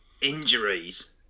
injuries